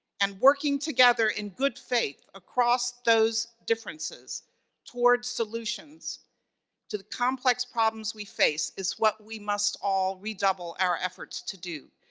and working together in good faith across those differences towards solutions to the complex problems we face, is what we must all redouble our efforts to do.